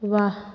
वाह